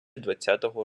двадцятого